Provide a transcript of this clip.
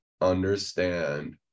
understand